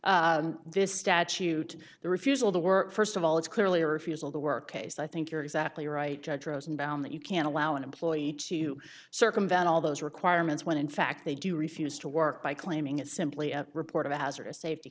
here this statute the refusal to work first of all it's clearly a refusal to work case i think you're exactly right judge rosenbaum that you can't allow an employee to circumvent all those requirements when in fact they do refuse to work by claiming it's simply a report of a hazardous safety